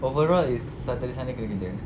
overall is saturday sunday kena kerja